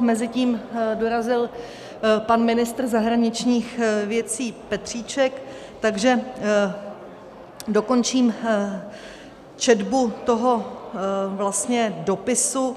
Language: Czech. Mezitím dorazil pan ministr zahraničních věcí Petříček, takže dokončím četbu toho dopisu,